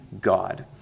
God